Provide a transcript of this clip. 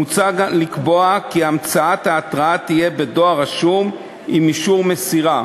מוצע לקבוע כי המצאת ההתראה תהיה בדואר רשום עם אישור מסירה.